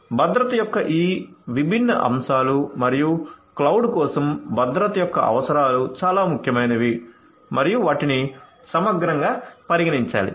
భద్రత యొక్క ఈ విభిన్న అంశాలు మరియు క్లౌడ్ కోసం భద్రత యొక్క అవసరాలు చాలా ముఖ్యమైనవి మరియు వాటిని సమగ్రంగా పరిగణించాలి